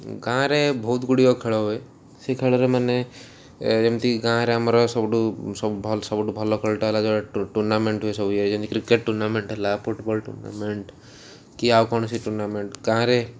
ଗାଁ'ରେ ବହୁତ ଗୁଡ଼ିକ ଖେଳ ହୁଏ ସେ ଖେଳରେ ମାନେ ଯେମିତି ଗାଁ'ରେ ଆମର ସବୁଠୁ ସବୁ ଭଲ ସବୁଠୁ ଭଲ ଖେଳଟା ହେଲା ଯୋଉ ଟୁର୍ଣ୍ଣାମେଣ୍ଟ୍ ହୁଏ ସବୁ ଇଏ ଯେମିତି କ୍ରିକେଟ୍ ଟୁର୍ଣ୍ଣାମେଣ୍ଟ୍ ହେଲା ଫୁଟ୍ବଲ୍ ଟୁର୍ଣ୍ଣାମେଣ୍ଟ୍ କି ଆଉ କୌଣସି ଟୁର୍ଣ୍ଣାମେଣ୍ଟ୍ ଗାଁ'ରେ